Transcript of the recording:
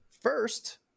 first